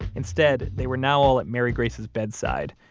instead, they were now all at mary grace's bedside,